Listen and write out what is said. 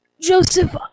Joseph